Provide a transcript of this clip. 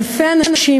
אלפי אנשים,